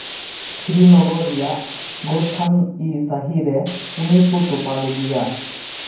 ᱥᱨᱤᱱᱚᱜᱚᱨ ᱨᱮᱭᱟᱜ ᱜᱳᱨᱛᱷᱟᱱ ᱤᱼᱥᱟᱹᱦᱤ ᱨᱮ ᱩᱱᱤ ᱠᱚ ᱛᱚᱯᱟ ᱞᱮᱫᱮᱭᱟ